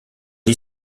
est